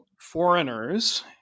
foreigners